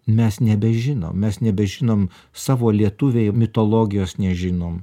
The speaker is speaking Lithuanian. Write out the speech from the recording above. mes nebežinom mes nebežinom savo lietuviai mitologijos nežinom